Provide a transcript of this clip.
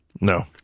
No